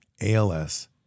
ALS